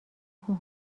کوه